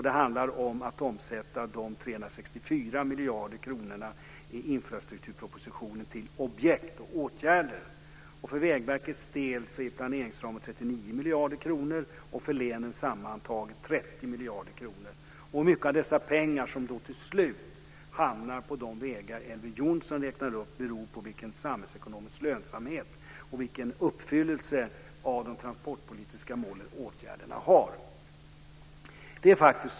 Det handlar om att omsätta de 364 miljarder kronorna i infrastrukturpropositionen till objekt och åtgärder. För Vägverkets del är planeringsramen 39 miljarder kronor, och för länet sammantaget 30 miljarder kronor. Hur mycket av dessa pengar som till slut hamnar på de vägar som Elver Jonsson räknar upp beror på vilken samhällsekonomisk lönsamhet och vilken uppfyllelse av de transportpolitiska målen åtgärderna har.